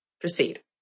Proceed